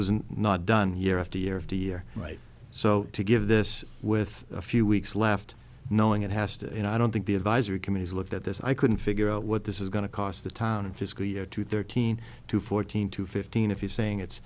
and not done year after year after year right so to give this with a few weeks left knowing it has to you know i don't think the advisory committees looked at this i couldn't figure out what this is going to cost the town in fiscal year two thirteen to fourteen to fifteen if you're saying it's